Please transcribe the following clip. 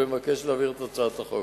ומבקש להעביר את הצעת החוק.